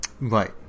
Right